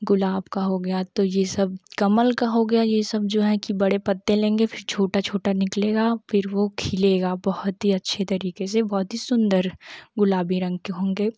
गुलाब का हो गया तो यह सब कमल का हो गया यह सब जो है की बड़े पत्ते लेंगे फ़िर छोटा छोटा निकलेगा फ़िर वह खिलेगा बहुत ही अच्छे तरीके से बहुत ही सुन्दर गुलाबी रंग के होंगे